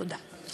תודה.